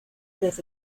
tres